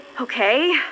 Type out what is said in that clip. Okay